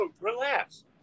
Relax